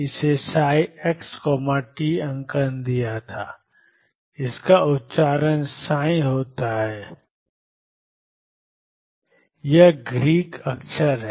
इसका उच्चारण साई होता है इसका उच्चारण साई होता है यह ग्रीक अक्षर है